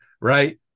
right